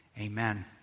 amen